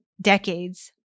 decades